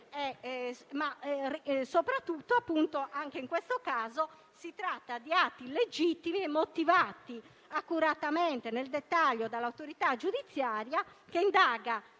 e soprattutto, anche in questo, si tratta di atti illegittimi e motivati accuratamente nel dettaglio dall'autorità giudiziaria, che indaga